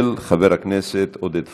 מס' 7706, של חבר הכנסת עודד פורר.